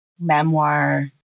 memoir